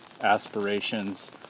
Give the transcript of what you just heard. aspirations